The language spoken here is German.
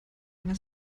eine